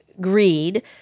greed